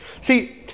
See